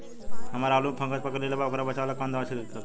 हमरा आलू में फंगस पकड़ लेले बा वोकरा बचाव ला कवन दावा के छिरकाव करी?